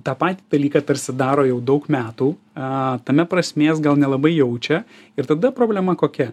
tą patį dalyką tarsi daro jau daug metų a tame prasmės gal nelabai jaučia ir tada problema kokia